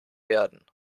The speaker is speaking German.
werden